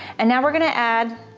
and now we're gonna add